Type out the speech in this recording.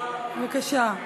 בבקשה.